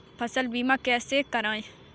फसल बीमा कैसे कराएँ?